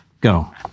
Go